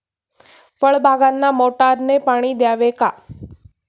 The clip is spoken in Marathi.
फळबागांना मोटारने पाणी द्यावे का?